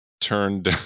turned